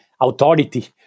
authority